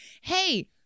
hey